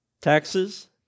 Taxes